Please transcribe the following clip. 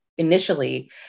Initially